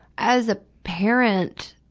as a parent,